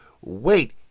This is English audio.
wait